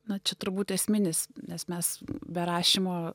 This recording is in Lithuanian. na čia turbūt esminis nes mes be rašymo